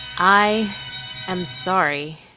i am sorry.